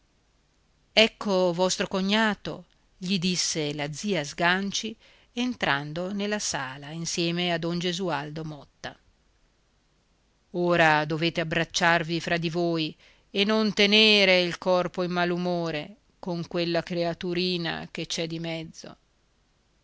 ecco vostro cognato gli disse la zia sganci entrando nella sala insieme a don gesualdo motta ora dovete abbracciarvi fra di voi e non tenere in corpo il malumore con quella creaturina che c'è di mezzo